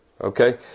Okay